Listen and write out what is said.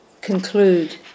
conclude